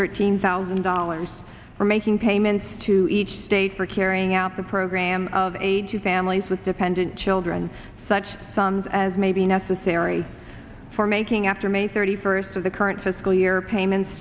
thirteen thousand dollars for making payments to each state for carrying out the program of age families with dependent children such sums as may be necessary for making after may thirty first of the current fiscal year payments